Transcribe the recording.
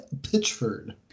pitchford